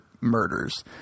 murders